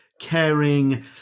caring